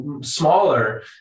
smaller